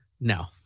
No